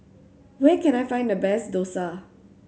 where can I find the best Dosa